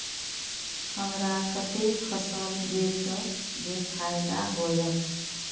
हमरा कते फसल बेचब जे फायदा होयत?